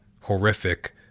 horrific